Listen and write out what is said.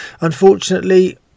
Unfortunately